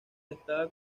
estaba